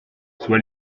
soit